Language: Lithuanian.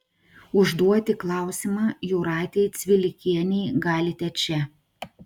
užduoti klausimą jūratei cvilikienei galite čia